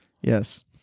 Yes